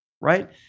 right